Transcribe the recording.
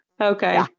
Okay